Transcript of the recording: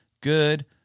good